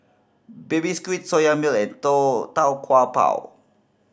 Baby Squid Soya Milk and Tau Kwa Pau